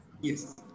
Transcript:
Yes